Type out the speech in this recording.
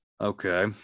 Okay